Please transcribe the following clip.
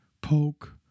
poke